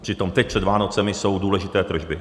Přitom teď před Vánocemi jsou důležité tržby.